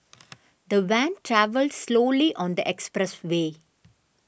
the van travelled slowly on the expressway